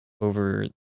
over